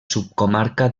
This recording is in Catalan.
subcomarca